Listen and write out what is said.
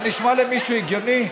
זה נשמע למישהו הגיוני?